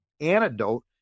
antidote